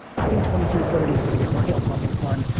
i think twenty two to thirty is going to get real fucking fun.